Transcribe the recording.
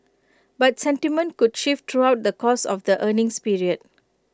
but sentiment could shift throughout the course of the earnings period